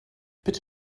bitte